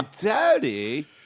dirty